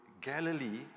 Galilee